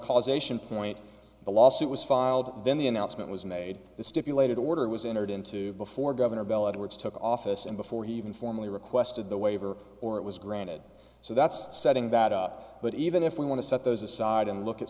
causation point the lawsuit was filed then the announcement was made the stipulated order was entered into before governor bill edwards took office and before he even formally requested the waiver or it was granted so that's setting that up but even if we want to set those aside and look at